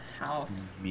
house